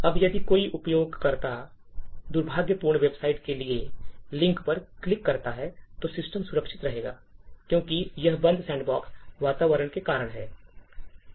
अब यदि कोई उपयोगकर्ता दुर्भावनापूर्ण वेबसाइट के लिंक पर क्लिक करता है तो सिस्टम सुरक्षित रहेगा क्योंकि यह बंद सैंडबॉक्स वातावरण के कारण है